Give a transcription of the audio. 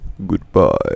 Goodbye